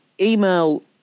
email